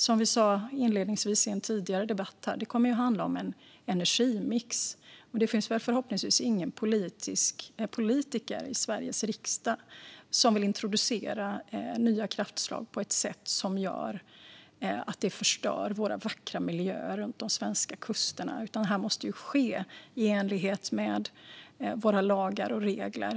Som vi sa inledningsvis i en tidigare debatt här: Det kommer att handla om en energimix. Det finns förhoppningsvis ingen politiker i Sveriges riksdag som vill introducera nya kraftslag på ett sätt som förstör våra vackra miljöer runt de svenska kusterna. Det här måste ske i enlighet med våra lagar och regler.